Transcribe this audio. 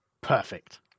Perfect